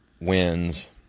wins